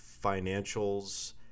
financials